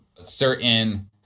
certain